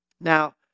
Now